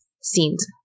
scenes